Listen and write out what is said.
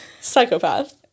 psychopath